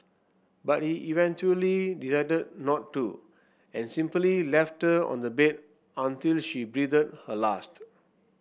but he eventually decided not to and simply left her on the bed until she breathed her last